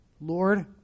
Lord